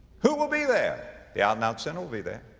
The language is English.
who will be there? the out and out sinner will be there.